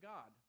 God